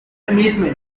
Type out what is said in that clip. amazement